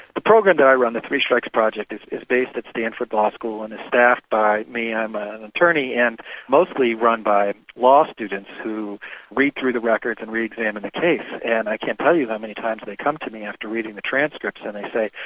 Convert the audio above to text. the program that i run, the three strikes project is is based at stanford law school and is staffed by me, and i'm ah an attorney, and mostly run by law students who read through the records and re-examine the case. and i can't tell you how many times they come to me after reading the transcripts and they say,